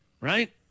right